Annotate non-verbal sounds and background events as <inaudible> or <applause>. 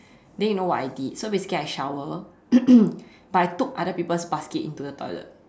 then you know what I did so basically I shower <coughs> but I took other people's basket into the toilet